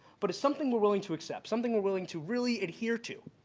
but it's something we're willing to accept. something we're willing to really adhere to.